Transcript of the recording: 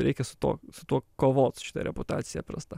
reikia su tuo su tuo kovot su šita reputacija prasta